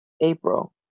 April